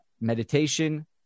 meditation